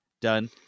done